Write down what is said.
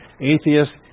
atheists